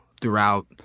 throughout